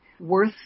worth